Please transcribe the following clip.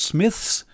Smiths